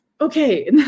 Okay